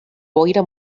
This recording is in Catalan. boira